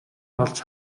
олж